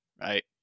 right